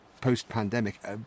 post-pandemic